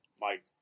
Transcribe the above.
Mike